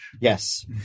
Yes